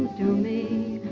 to me